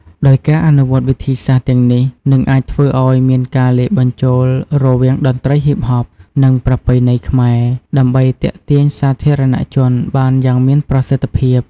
ដោយការអនុវត្តវិធីសាស្ត្រទាំងនេះ នឹងអាចធ្វើឲ្យមានការលាយបញ្ចូលរវាងតន្ត្រីហ៊ីបហប និងប្រពៃណីខ្មែរ ដើម្បីទាក់ទាញសាធារណជនបានយ៉ាងមានប្រសិទ្ធភាព។